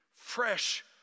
fresh